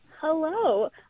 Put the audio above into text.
Hello